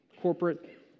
corporate